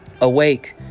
Awake